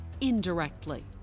indirectly